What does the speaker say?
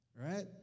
right